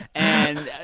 and,